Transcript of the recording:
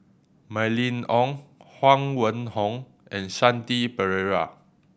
Mylene Ong Huang Wenhong and Shanti Pereira